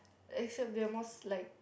except they are more like